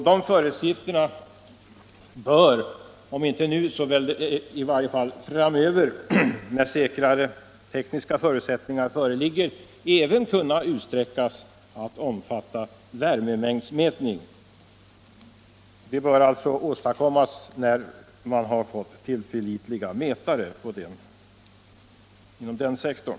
De föreskrifterna bör, om inte nu så i varje fall framöver när säkrare tekniska förutsättningar föreligger, även kunna utsträckas att omfatta värmemängdsmätning. Det bör alltså åstadkommas när man fått tillförlitliga mätare inom den sektorn.